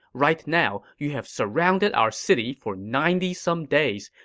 right now, you have surrounded our city for ninety some days.